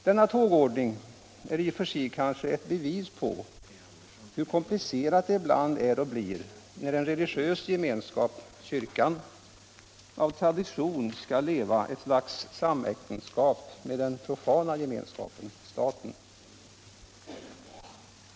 Denna ”tågordning” är i och för sig kanske ett bevis på hur komplicerat det ibland blir när en religiös gemenskap, kyrkan, av tradition skall leva i ett slags äktenskap med den profana gemenskapen, staten.